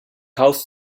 haus